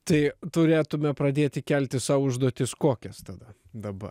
tai turėtume pradėti kelti sau užduotis kokias tada dabar